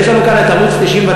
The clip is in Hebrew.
ויש לנו כאן ערוץ 99,